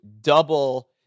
double